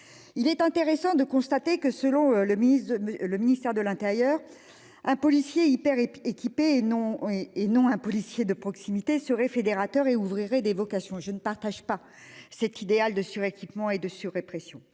Il est intéressant de constater que, selon le ministre de. Le ministère de l'Intérieur. Un policier hyper équipé et non et non un policier de proximité seraient fédérateur et ouvrirait des vocations. Je ne partage pas cet idéal de sur équipement et de répression.